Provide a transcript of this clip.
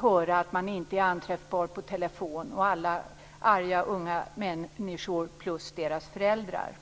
höra att man inte är anträffbar på telefon och lyssna till alla arga unga människor och deras föräldrar.